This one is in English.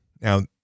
Now